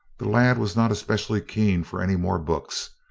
the lad was not especially keen for any more books.